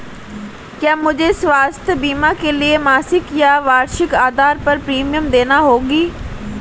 क्या मुझे स्वास्थ्य बीमा के लिए मासिक या वार्षिक आधार पर प्रीमियम देना होगा?